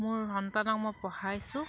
মোৰ সন্তানক মই পঢ়াইছোঁ